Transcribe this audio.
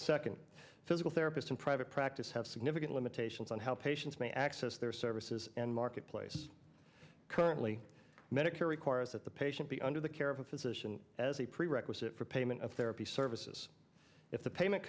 second physical therapists in private practice have significant limitations on how patients may access their services and marketplace currently medicare requires that the patient be under the care of a physician as a prerequisite for payment of therapy services if the payment